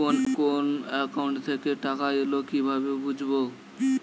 কোন একাউন্ট থেকে টাকা এল কিভাবে বুঝব?